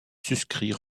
suscrit